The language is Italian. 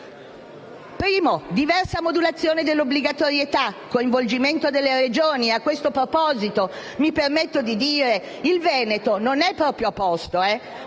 Primo: diversa modulazione dell'obbligatorietà e coinvolgimento delle Regioni. A questo proposito, mi permetto di dire che il Veneto non è proprio a posto: